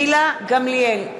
גילה גמליאל,